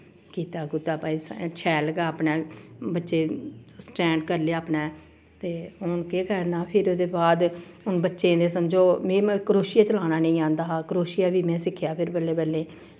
कीता कूता भाई शैल गै अपने बच्चे स्टैंड करी लैआ अपने ते हून केह् करना फिर ओह्दे बाद हून बच्चें दे समझो मिगी मतलब क्रोशिया चलाना नेईं आंदा हा क्रोशिया बी में सिक्खेआ ते फिर बल्लें बल्लें